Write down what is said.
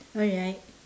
alright